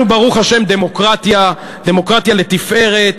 אנחנו ברוך השם דמוקרטיה, דמוקרטיה לתפארת.